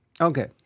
Okay